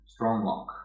Stronglock